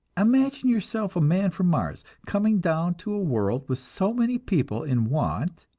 imagine yourself a man from mars, coming down to a world with so many people in want,